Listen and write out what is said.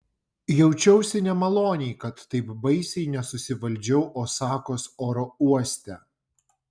jaučiausi nemaloniai kad taip baisiai nesusivaldžiau osakos oro uoste